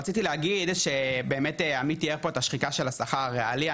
רציתי להגיד שבאמת עמית תיאר פה את השחיקה של השכר הריאלי.